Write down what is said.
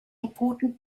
important